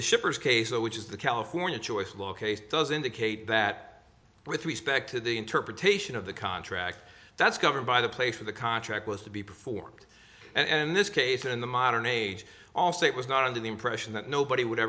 the shippers case which is the california choice locate does indicate that with respect to the interpretation of the contract that's governed by the place of the contract was to be performed and in this case in the modern age all state was not under the impression that nobody would